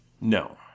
No